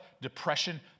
depression